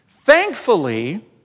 Thankfully